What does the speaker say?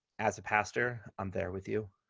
as a pastor, i'm there with you.